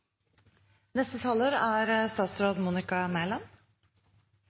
Neste talar er